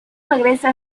regresa